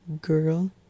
girl